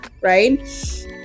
right